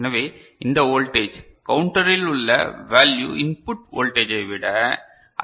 எனவே இந்த வோல்டேஜ் கவுண்டரில் உள்ள வேல்யு இன்புட் வோல்டேஜைவிட அதிகம்